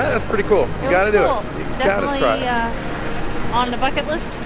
that's pretty cool. you gotta do on yeah on the bucket list